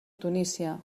tunísia